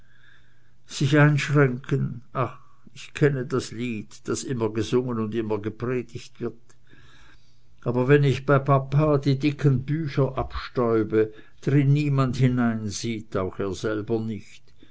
sich einschränken ach ich kenne das lied das immer gesungen und immer gepredigt wird aber wenn ich bei papa die dicken bücher abstäube drin niemand hineinsieht auch er selber nicht